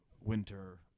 winter